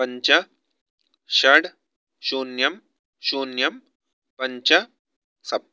पञ्च षट् शून्यं शून्यं पञ्च सप्त